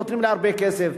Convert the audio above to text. נותנים להם הרבה כסף.